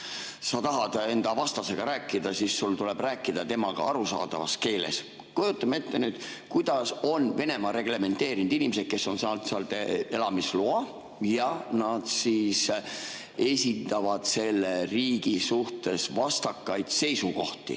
sa tahad enda vastasega rääkida, siis sul tuleb rääkida temaga arusaadavas keeles. Kujutame nüüd ette, kuidas on Venemaa reglementeerinud inimesed, kes on saanud elamisloa ja esindavad selle riigi suhtes vastakaid seisukohti.